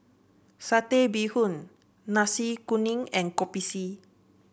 Satay Bee Hoon Nasi Kuning and Kopi C